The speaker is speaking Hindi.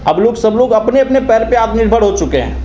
अब लोग सब लोग अपने अपने पैर पर आत्मनिर्भर हो चुके हैं